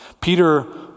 Peter